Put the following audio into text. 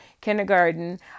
kindergarten